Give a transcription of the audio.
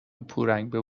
پورنگ